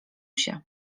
się